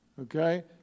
Okay